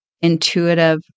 intuitive